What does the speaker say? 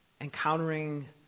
encountering